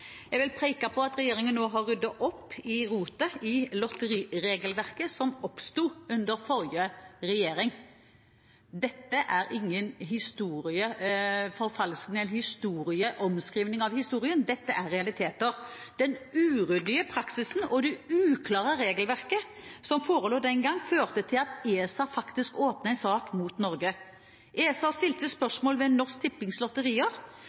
Jeg vil peke på at regjeringen nå har ryddet opp i rotet i lotteriregelverket som oppsto under forrige regjering. Dette er ingen omskrivning av historien, dette er realiteter. Den uryddige praksisen og det uklare regelverket som forelå den gang, førte til at ESA faktisk åpnet sak mot Norge. ESA stilte spørsmål ved Norsk